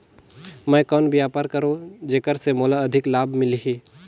मैं कौन व्यापार करो जेकर से मोला अधिक लाभ मिलही?